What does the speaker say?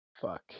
fuck